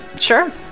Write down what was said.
sure